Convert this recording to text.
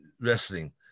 wrestling